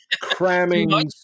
cramming